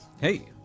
Hey